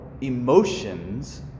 emotions